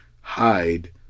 hide